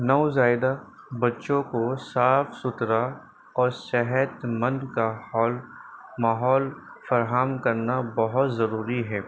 نوزائیدہ بچوں کو صاف ستھرا اور صحت مند کا ماحول فراہم کرنا بہت ضروری ہے